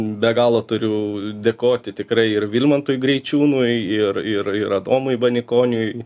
be galo turiu dėkoti tikrai ir vilmantui greičiūnui ir ir ir adomui banikoniui